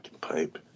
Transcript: pipe